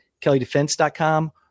kellydefense.com